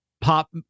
pop